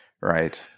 Right